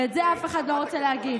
ואת זה אף אחד לא רוצה להגיד.